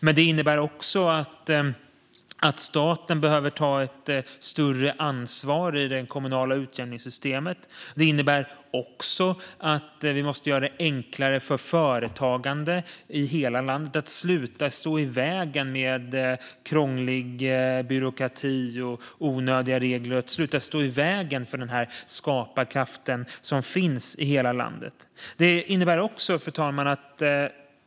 Men det innebär också att staten behöver ta ett större ansvar i det kommunala utjämningssystemet och att vi måste göra det enklare för företagande i hela landet och sluta stå i vägen för den skaparkraft som finns i hela landet med krånglig byråkrati och onödiga regler.